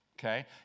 Okay